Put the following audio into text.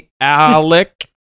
Alec